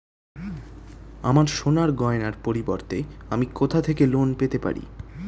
আমার সোনার গয়নার পরিবর্তে আমি কোথা থেকে লোন পেতে পারি?